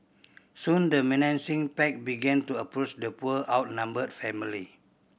soon the menacing pack began to approach the poor outnumbered family